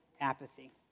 apathy